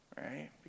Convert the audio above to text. Right